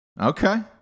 Okay